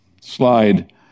slide